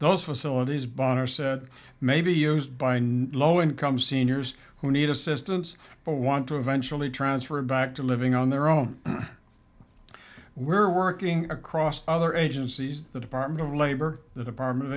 those facilities boehner said maybe used by and low income seniors who need assistance but want to eventually transfer it back to living on their own we're working across other agencies the department of labor the department of